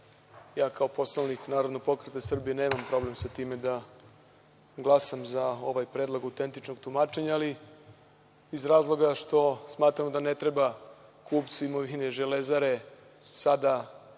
ja kao poslanik Narodnog pokreta Srbije nemam problem sa time da glasam za ovaj predlog autentičnog tumačenja, ali iz razloga što smatram da ne treba kupci imovini „Železare“ sada